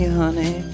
honey